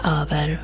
över